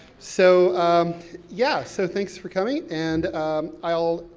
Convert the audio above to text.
so yeah, so thanks for coming, and i'll,